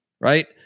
right